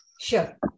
Sure